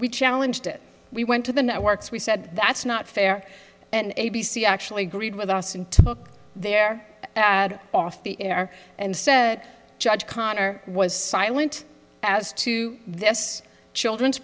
we challenged it we went to the networks we said that's not fair and a b c actually agreed with us and took their ad off the air and said judge connor was silent as to this children's